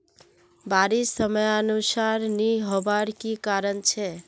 बारिश समयानुसार नी होबार की कारण छे?